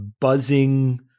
buzzing